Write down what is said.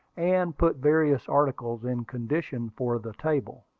and put various articles in condition for the table.